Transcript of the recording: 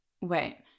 Wait